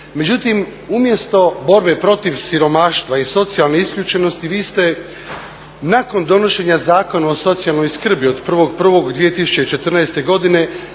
Međutim, umjesto borbe protiv siromaštva i socijalne isključenosti vi ste nakon donošenja Zakona o socijalnoj skrbi od 1.1.2014. godine